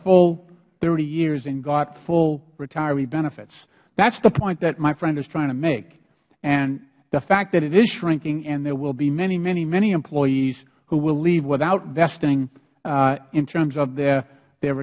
full thirty years and got full retiree benefits that is the point that my friend is trying to make and the fact that it is shrinking and there will be many many many employees who will leave without vesting in terms of their